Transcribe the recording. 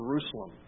Jerusalem